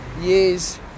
years